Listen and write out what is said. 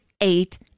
eight